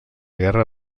guerra